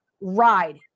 ride